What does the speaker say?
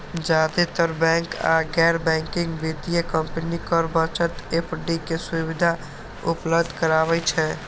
जादेतर बैंक आ गैर बैंकिंग वित्तीय कंपनी कर बचत एफ.डी के सुविधा उपलब्ध कराबै छै